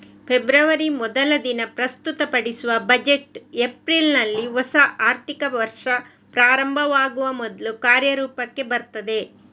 February ಮೊದಲ ದಿನ ಪ್ರಸ್ತುತಪಡಿಸುವ ಬಜೆಟ್ ಏಪ್ರಿಲಿನಲ್ಲಿ ಹೊಸ ಆರ್ಥಿಕ ವರ್ಷ ಪ್ರಾರಂಭವಾಗುವ ಮೊದ್ಲು ಕಾರ್ಯರೂಪಕ್ಕೆ ಬರ್ತದೆ